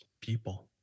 people